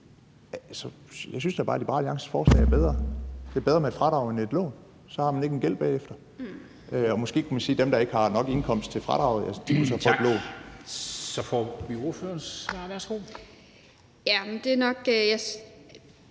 jeg da bare, at Liberal Alliances forslag er bedre, at det er bedre med et fradrag end et lån; så har man ikke en gæld bagefter. Og måske kunne man sige, at dem, der ikke har nok indkomst til fradraget, så må få et lån. Kl. 11:11 Formanden (Henrik Dam Kristensen):